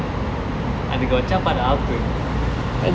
அதுக்கு வெச்சான் பாரு ஆப்பு:athukku vechaan paaru aappu